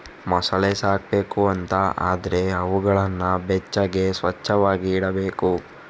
ಮೊಸಳೆ ಸಾಕ್ಬೇಕು ಅಂತ ಆದ್ರೆ ಅವುಗಳನ್ನ ಬೆಚ್ಚಗೆ, ಸ್ವಚ್ಚವಾಗಿ ಇಡ್ಬೇಕು